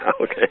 okay